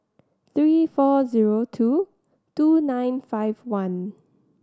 three four zero two two nine five one